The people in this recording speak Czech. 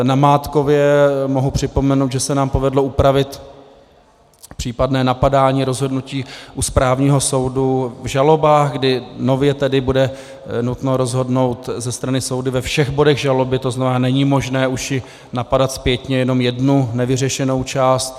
Namátkově mohu připomenout, že se nám povedlo upravit případné napadání rozhodnutí u správního soudu, žaloba, kdy nově bude nutno rozhodnout ze strany soudu ve všech bodech žaloby, tzn. není možné napadat zpětně jenom jednu nevyřešenou část.